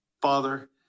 Father